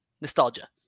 nostalgia